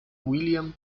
william